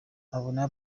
abona